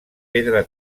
pedra